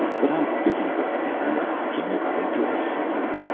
but i'm busy right now, nick. can't it wait till i see you?